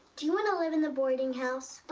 do you want to live in the boarding house?